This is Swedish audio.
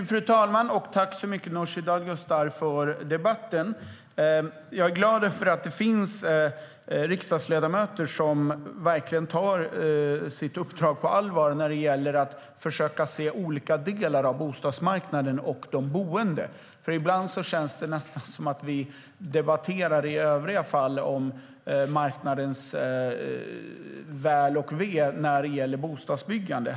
Fru talman! Tack så mycket, Nooshi Dadgostar, för debatten! Jag är glad över att det finns riksdagsledamöter som verkligen tar sitt uppdrag på allvar när det gäller att försöka se olika delar av bostadsmarknaden och de boende. Ibland känns det nästan som att vi i övriga fall debatterar marknadens väl och ve när det gäller bostadsbyggande.